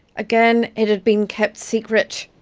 again it had been kept secret.